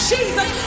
Jesus